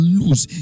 lose